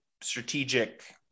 strategic